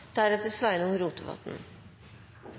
til Sveinung Rotevatn,